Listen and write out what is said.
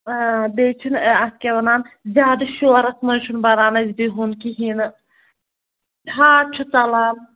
اۭں بیٚیہِ چھُنہٕ اَتھ کیٛاہ ونان زیادٕ شورَس منٛز چھُنہٕ بَنان اَسہِ بِہُن کِہیٖنۍ نہٕ ہاٹ چھُ ژلان